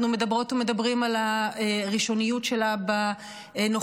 אנחנו מדברות ומדברים על הראשוניות שלה בנוכחות